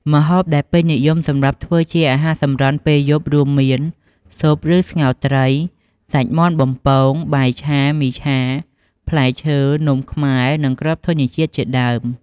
ម្ហូបដែលពេញនិយមសម្រាប់ធ្វើជាអាហារសម្រន់ពេលយប់រួមមាន ស៊ុប ឬស្ងោរត្រី សាច់មាន់បំពង បាយឆា មីឆា ផ្លែឈើ នំខ្មែរ និងគ្រាប់ធញ្ញជាតិជាដើម។